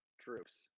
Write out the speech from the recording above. troops